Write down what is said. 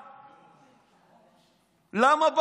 למה?